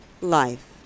Life